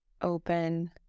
open